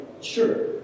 sure